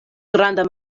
granda